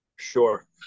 Sure